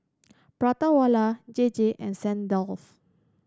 Prata Wala J J and St Dalfour